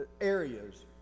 areas